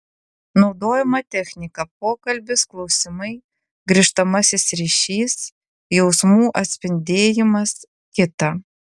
naudojama technika pokalbis klausimai grįžtamasis ryšys jausmų atspindėjimas kita